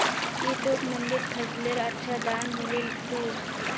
की तोक मंडीत फसलेर अच्छा दाम मिलील कु